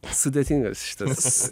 sudėtingas šitas